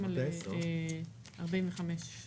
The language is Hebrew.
נחזור להצביע ב-12 דקות.